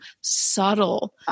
subtle